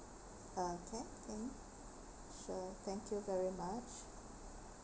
uh can can sure thank you very much